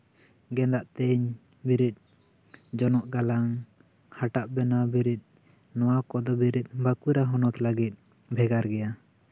ᱜᱮᱫᱟᱜ ᱛᱮᱧ ᱵᱤᱨᱤᱫ ᱡᱚᱱᱚᱜ ᱜᱟᱞᱟ ᱦᱟᱴᱟᱜ ᱵᱮᱱᱟᱣ ᱵᱤᱨᱤᱫ ᱱᱚᱣᱟ ᱠᱚ ᱵᱤᱨᱤᱫ ᱵᱟᱸᱠᱩᱲᱟ ᱦᱚᱱᱚᱛ ᱞᱟᱹᱜᱤᱫ ᱵᱷᱮᱜᱟᱨ ᱜᱮᱭᱟ